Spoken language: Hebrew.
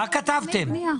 תוכנית בנייה,